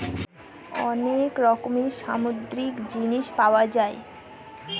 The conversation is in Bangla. অনেক রকমের সামুদ্রিক জিনিস পাওয়া যায়